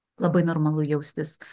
labai normalu jaustis